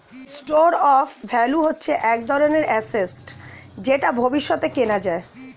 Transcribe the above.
store of value হচ্ছে এক ধরনের অ্যাসেট যেটা ভবিষ্যতে কেনা যায়